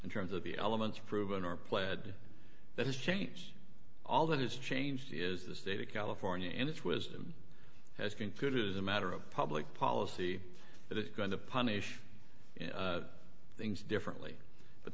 in terms of the elements proven or pled that has changed all that has changed is the state of california in its wisdom has computers a matter of public policy that is going to punish things differently but